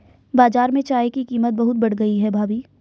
बाजार में चाय की कीमत बहुत बढ़ गई है भाभी